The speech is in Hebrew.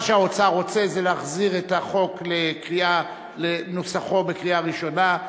מה שהאוצר רוצה זה להחזיר את החוק לנוסחו בקריאה הראשונה.